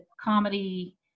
comedy